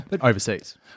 overseas